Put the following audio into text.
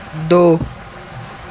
दो